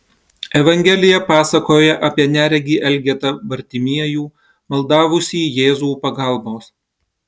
evangelija pasakoja apie neregį elgetą bartimiejų maldavusį jėzų pagalbos